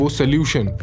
solution